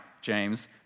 James